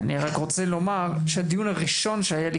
אני רוצה לומר שהדיון הראשון שהיה לי,